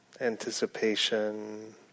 anticipation